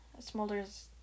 smolder's